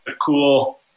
cool